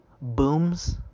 booms